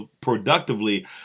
productively